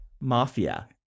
mafia